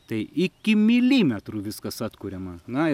tai iki milimetrų viskas atkuriama na